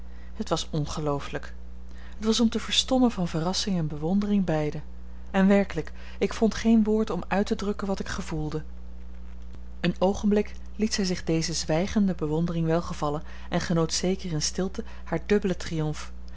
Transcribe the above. het was ongelooflijk het was om te verstommen van verrassing en bewondering beide en werkelijk ik vond geen woord om uit te drukken wat ik gevoelde een oogenblik liet zij zich deze zwijgende bewondering welgevallen en genoot zeker in stilte haar dubbelen triomf